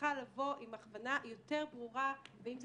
צריכה לבוא עם הכוונה יותר ברורה ואם זה